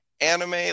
anime